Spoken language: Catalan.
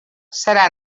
serà